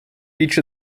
each